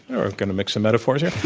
and we're going to mix some metaphors here.